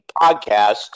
podcast